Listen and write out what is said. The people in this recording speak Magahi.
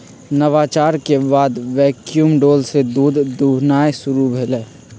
नवाचार के बाद वैक्यूम डोल से दूध दुहनाई शुरु भेलइ